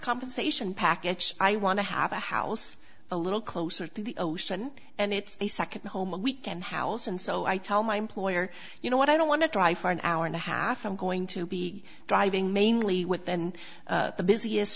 compensation package i want to have a house a little closer to the ocean and it's a second home a weekend house and so i tell my employer you know what i don't want to drive for an hour and a half i'm going to be driving mainly with then the busiest